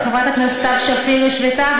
וגם חברת הכנסת סתיו שפיר השוותה,